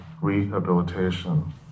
rehabilitation